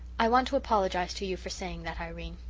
i want to apologize to you for saying that, irene.